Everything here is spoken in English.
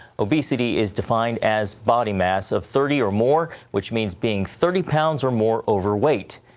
obesity is defined as body mass of thirty or more, which means being thirty pounds or more overweight.